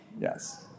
Yes